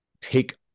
take